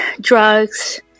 drugs